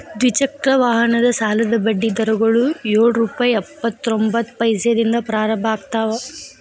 ದ್ವಿಚಕ್ರ ವಾಹನದ ಸಾಲದ ಬಡ್ಡಿ ದರಗಳು ಯೊಳ್ ರುಪೆ ಇಪ್ಪತ್ತರೊಬಂತ್ತ ಪೈಸೆದಿಂದ ಪ್ರಾರಂಭ ಆಗ್ತಾವ